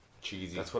cheesy